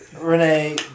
Renee